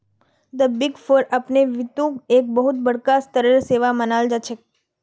द big four अपने बितु एक बहुत बडका स्तरेर सेवा मानाल जा छेक